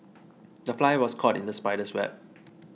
the fly was caught in the spider's web